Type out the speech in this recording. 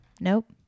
Nope